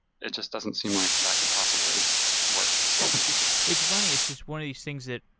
it just doesn't seem like that could possibly work it's funny, it's just one of these things that,